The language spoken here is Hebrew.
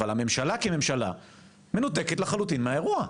אבל הממשלה כממשלה מנותקת לחלוטין מהאירוע.